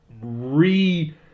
re